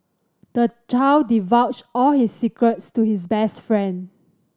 the child divulged all his secrets to his best friend